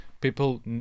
people